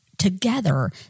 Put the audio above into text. together